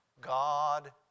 God